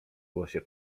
głosie